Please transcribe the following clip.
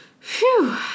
Phew